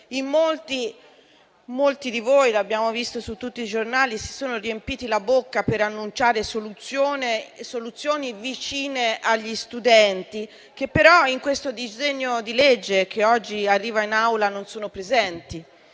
Molti di voi - l'abbiamo visto su tutti i giornali - si sono riempiti la bocca per annunciare soluzioni vicine agli studenti, che però in questo disegno di legge, che oggi arriva in Aula, non sono presenti.